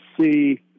see